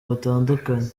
batandukanye